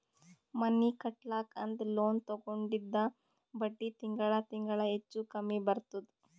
ಮನಿ ಕಟ್ಲಕ್ ಅಂತ್ ಲೋನ್ ತಗೊಂಡಿದ್ದ ಬಡ್ಡಿ ತಿಂಗಳಾ ತಿಂಗಳಾ ಹೆಚ್ಚು ಕಮ್ಮಿ ಬರ್ತುದ್